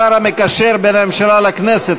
השר המקשר בין הממשלה לכנסת,